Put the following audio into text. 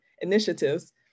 initiatives